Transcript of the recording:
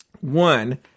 one